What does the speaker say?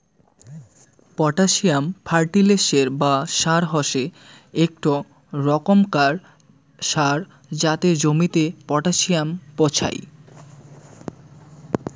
potassium ফার্টিলিসের বা সার হসে একটো রোকমকার সার যাতে জমিতে পটাসিয়াম পোঁছাই